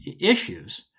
issues